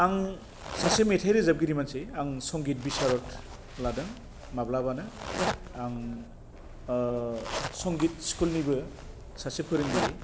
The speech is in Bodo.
आं सासे मेथाइ रोजाबगिरि मानसि आं संगित बिसारत लादों माब्लाबानो आं संगित स्कुलनिबो सासे फोरोंगिरि